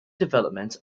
development